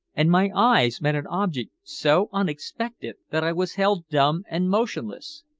and my eyes met an object so unexpected that i was held dumb and motionless.